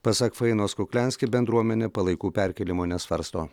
pasak fainos kukliansky bendruomenė palaikų perkėlimo nesvarsto